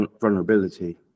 vulnerability